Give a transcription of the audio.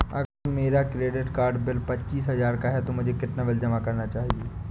अगर मेरा credit card bill पच्चीस हजार का है तो मुझे कितना बिल जमा करना चाहिए?